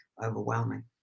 overwhelming